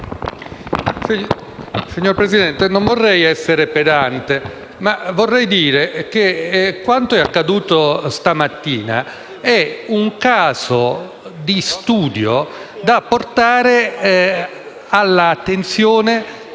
Signor Presidente, non vorrei essere pedante, ma ci tengo a dire che quanto è accaduto stamattina è un caso di studio da portare all'attenzione